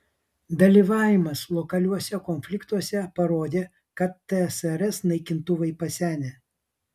dalyvavimas lokaliuose konfliktuose parodė kad tsrs naikintuvai pasenę